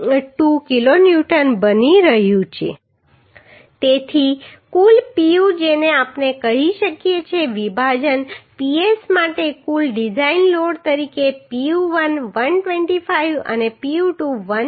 72 kilo newton બની રહ્યું છે તેથી કુલ Pu જેને આપણે કહી શકીએ કે વિભાજન Ps માટે કુલ ડિઝાઇન લોડ તરીકે Pu1 125 અને Pu2 130